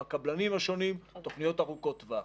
עם הקבלנים השונים, תוכניות ארוכות טווח.